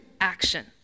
action